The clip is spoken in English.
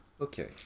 Okay